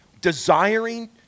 desiring